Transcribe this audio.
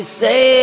say